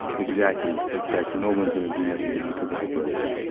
exactly. exact, no one's gonna do nothing to me cuz of my brothers.